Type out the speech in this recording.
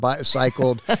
cycled